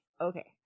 okay